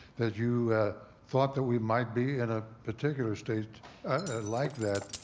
that you thought that we might be in a particular state like that,